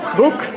book